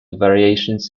variations